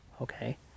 Okay